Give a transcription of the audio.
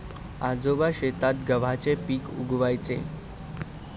आजोबा शेतात गव्हाचे पीक उगवयाचे